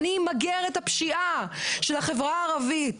״אני אמגר את הפשיעה בחברה הערבית״,